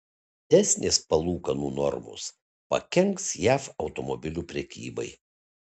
didesnės palūkanų normos pakenks jav automobilių prekybai